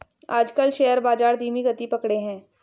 आजकल शेयर बाजार धीमी गति पकड़े हैं